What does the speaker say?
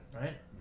Right